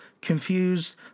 confused